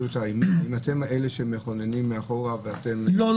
אם אתם אלה שמכוננים מאחורה --- לא,